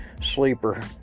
sleeper